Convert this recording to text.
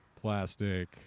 plastic